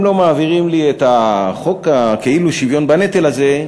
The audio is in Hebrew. לא מעבירים לי את חוק כאילו-השוויון-בנטל הזה,